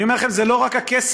אני אומר לכם: זה לא רק הכסף,